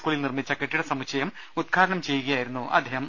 സ്കൂളിൽ നിർമിച്ച കെട്ടിട സമ്മുച്ചയം ഉദ്ഘാടനം ചെയ്യുകയായിരുന്നു മന്ത്രി